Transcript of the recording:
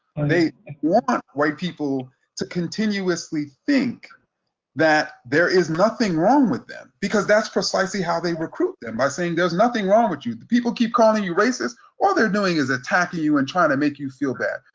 they want white people to continuously think that there is nothing wrong with them, because that's precisely how they recruit them, by saying there's nothing wrong with you, the people keep calling you racist all they're doing is attacking you and trying to make you feel bad.